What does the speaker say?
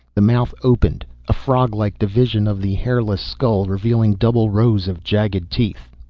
the mouth opened, a froglike division of the hairless skull, revealing double rows of jagged teeth.